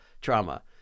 trauma